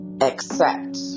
accept